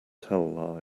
tell